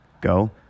go